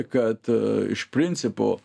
kad iš principo